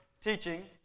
teaching